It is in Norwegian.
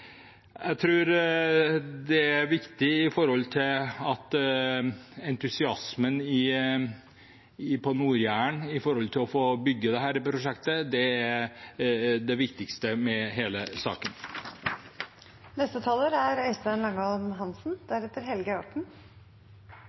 Jeg tror det er viktig for entusiasmen på Nord-Jæren å få bygget dette prosjektet. Det er det viktigste med hele